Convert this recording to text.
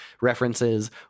references